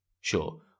Sure